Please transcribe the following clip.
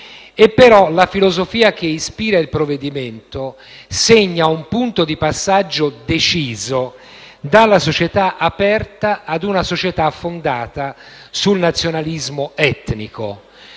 La filosofia che ispira il provvedimento, però, segna un punto di passaggio deciso da una società aperta a una società fondata sul nazionalismo etnico.